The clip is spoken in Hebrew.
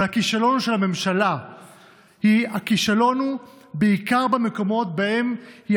אבל הכישלון של הממשלה הוא בעיקר במקומות שבהם היא